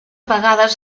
vegades